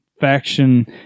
faction